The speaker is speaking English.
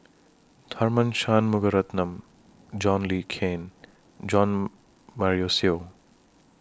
Tharman Shanmugaratnam John Le Cain Jo Marion Seow